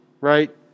right